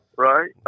right